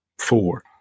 four